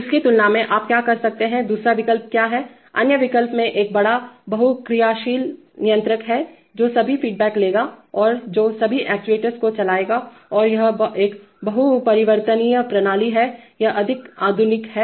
उसकी तुलना में आप क्या कर सकते हैं दूसरा विकल्प क्या है अन्य विकल्प में एक बड़ा बहुक्रियाशील नियंत्रक हैजो सभी फीडबैक लेगा और जो सभी एक्ट्यूएटर्स को चलाएगा और यह एक बहु परिवर्तनीय प्रणाली है यह अधिक आधुनिक है